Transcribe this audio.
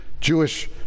Jewish